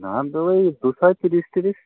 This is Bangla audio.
দাম তো ওই দুশোয় তিরিশ তিরিশ